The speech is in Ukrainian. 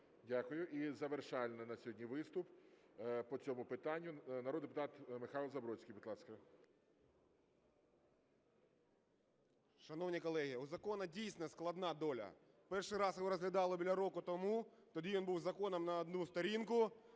Дякую. І завершальний на сьогодні виступ по цьому питанню. Народний депутат Михайло Забродський, будь ласка. 11:54:05 ЗАБРОДСЬКИЙ М.В. Шановні колеги, у закону дійсно складна доля. Перший раз його розглядали біля року тому, тоді він був законом на одну сторінку,